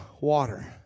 water